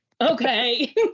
Okay